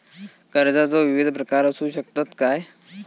कर्जाचो विविध प्रकार असु शकतत काय?